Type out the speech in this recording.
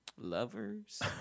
Lovers